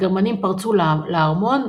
הגרמנים פרצו לארמון,